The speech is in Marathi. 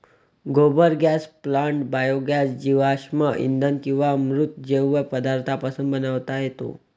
गोबर गॅस प्लांट बायोगॅस जीवाश्म इंधन किंवा मृत जैव पदार्थांपासून बनवता येतो